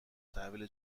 تحویل